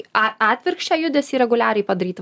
a atvirkščią judesį reguliariai padaryti